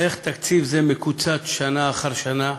איך תקציב זה מקוצץ שנה אחר שנה?